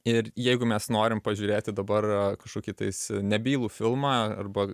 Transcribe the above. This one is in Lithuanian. ir jeigu mes norim pažiūrėti dabar kažkokį tais nebylų filmą arba